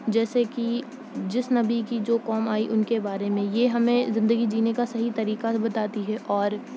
جیسے کہ جس نبی کی جو قوم آئی ان کے بارے میں یہ ہمیں زندگی جینے کا صحیح طریقہ بتاتی ہے اور